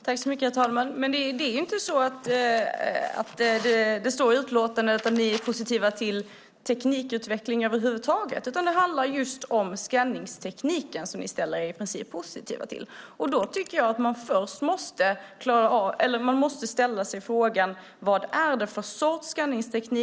Herr talman! Men det står inte i utlåtandet att ni är positiva till teknikutveckling över huvud taget, utan det handlar just om skanningstekniken som ni i princip ställer er positiva till. Då tycker jag att man måste ställa sig frågan: Vad är det för sorts skanningsteknik?